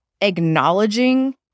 acknowledging